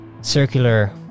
circular